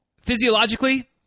Physiologically